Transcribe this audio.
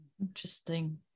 Interesting